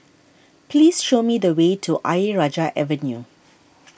please show me the way to Ayer Rajah Avenue